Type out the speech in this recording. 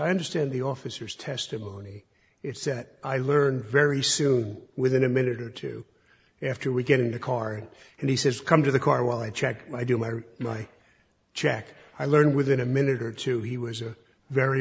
i understand the officer's testimony it said i learn very soon within a minute or two after we get in the car and he says come to the car while i check my doom or my check i learned within a minute or two he was a very